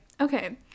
Okay